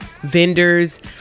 vendors